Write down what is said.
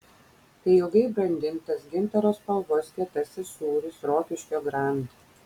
tai ilgai brandintas gintaro spalvos kietasis sūris rokiškio grand